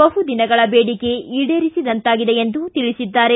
ಬಹುದಿನಗಳ ಬೇಡಿಕೆ ಈಡೇರಿಸಿದಂತಾಗಿದೆ ಎಂದು ತಿಳಿಸಿದ್ದಾರೆ